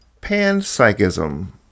panpsychism